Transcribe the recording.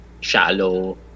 shallow